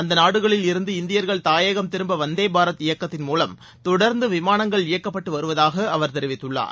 அந்த நாடுகளில் இருந்து இந்தியா்கள் தாயகம் திரும்ப வந்தே பாரத் இயக்கத்தின் மூலம் தொடர்ந்து விமானங்கள் இயக்கப்பட்டு வருவதாக அவர் தெரிவித்துள்ளார்